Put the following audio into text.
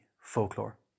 folklore